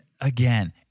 again